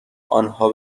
آنها